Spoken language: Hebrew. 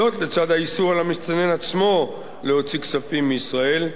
זאת לצד האיסור על המסתנן עצמו להוציא כספים מישראל,